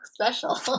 special